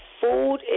food